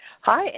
Hi